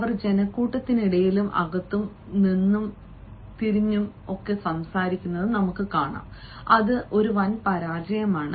അവർ ജനക്കൂട്ടത്തിനിടയിലും അകത്തും നിൽക്കാറുണ്ടായിരുന്നു അത് പരാജയമായിരുന്നു